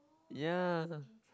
yea